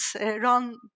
run